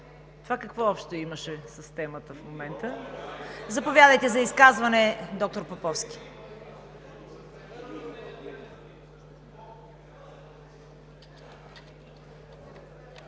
Това какво общо имаше с темата в момента? Заповядайте за изказване, доктор Поповски.